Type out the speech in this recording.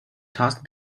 task